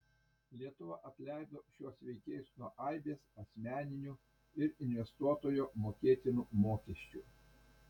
lietuva atleido šiuos veikėjus nuo aibės asmeninių ir investuotojo mokėtinų mokesčių